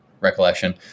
recollection